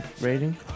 rating